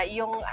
yung